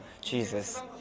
Jesus